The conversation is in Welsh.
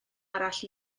arall